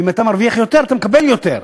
אם אתה מרוויח יותר אתה מקבל יותר,